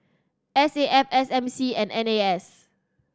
S A F S M C and N A S